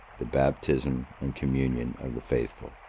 the baptism and communion of the faithful.